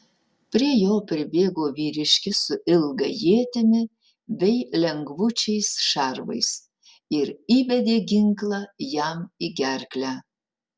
prie jo pribėgo vyriškis su ilga ietimi bei lengvučiais šarvais ir įbedė ginklą jam į gerklę